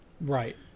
Right